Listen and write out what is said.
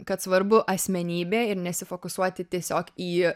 kad svarbu asmenybė ir nesifokusuoti tiesiog į